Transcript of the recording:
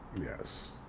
Yes